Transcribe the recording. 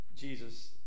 Jesus